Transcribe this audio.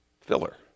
filler